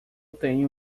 tenho